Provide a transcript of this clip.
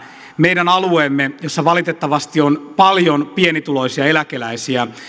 meidän alueellamme valitettavasti on paljon pienituloisia eläkeläisiä